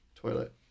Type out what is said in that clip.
toilet